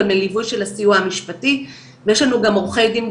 גם לליווי של הסיוע המשפטי ויש לנו גם עורכי דין,